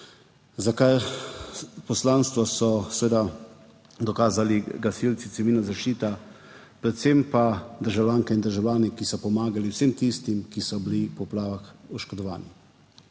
za kar poslanstvo so seveda dokazali gasilci, civilna zaščita, predvsem pa državljanke in državljani, ki so pomagali vsem tistim, ki so bili v poplavah oškodovani.